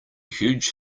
huge